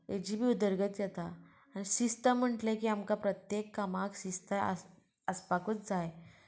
हाजी बी उदरगत जाता आनी शिस्त म्हणटलें की आमकां प्रत्येक कामाक शिस्त आसपा आसपाकूच जाय